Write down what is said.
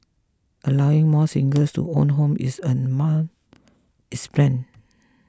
allowing more singles to own homes is also among its plan